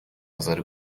نظر